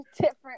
different